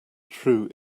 true